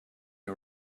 you